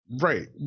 Right